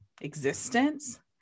existence